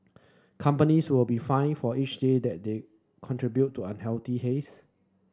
companies will be fined for each day that they contribute to unhealthy haze